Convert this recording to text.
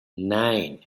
nine